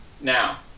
Now